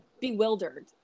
bewildered